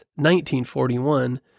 1941